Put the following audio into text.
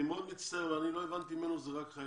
אני מצטער, אני לא הבנתי שאלה רק חיילים.